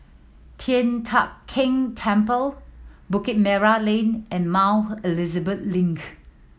Tian Teck Keng Temple Bukit Merah Lane and Mount Elizabeth Link